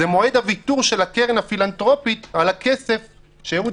זה מועד הוויתור של הקרן הפילנתרופית על הכסף שאהוד